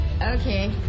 Okay